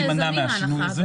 להימנע מהשינוי הזה.